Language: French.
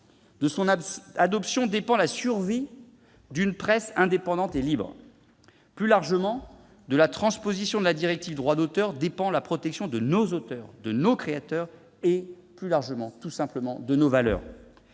De son adoption dépend la survie d'une presse indépendante et libre. Plus largement, de la transposition de la directive Droit d'auteur dépend la protection de nos auteurs, de nos créateurs et de nos valeurs.